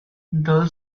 dull